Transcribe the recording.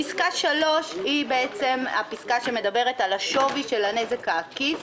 פסקה (3) מדברת על השווי של הנזק העקיף.